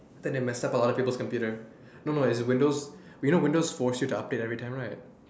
I think they messed up a lot of peoples computer no no is windows you know windows force you to update everytime right